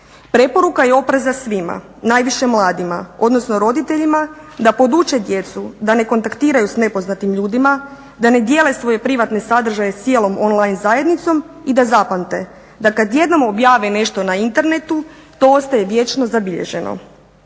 Preporuka je opreza svima, najviše mladima, odnosno roditeljima da poduče djecu da ne kontaktiraju s nepoznatim ljudima, da ne dijele svoje privatne sadržaje s cijelom on-line zajednicom i da zapamte, da kad jednom objave nešto na internetu to ostaje vječno zabilježeno.